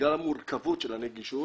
שבגלל המורכבות של הנגישות,